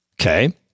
Okay